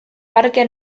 parque